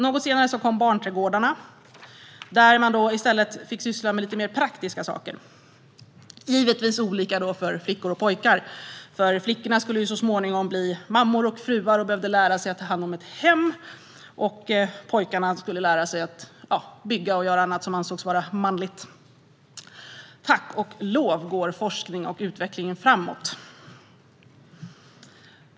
Något senare kom barnträdgårdarna, där man i stället sysslade med lite mer praktiska saker. Det var givetvis olika saker för flickor och pojkar, för flickorna skulle ju så småningom bli mammor och fruar och behövde lära sig att ta hand om ett hem medan pojkarna skulle lära sig att bygga och göra annat som ansågs manligt. Tack och lov går forskning och utveckling framåt!